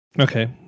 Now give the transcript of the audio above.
Okay